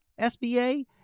SBA